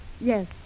Yes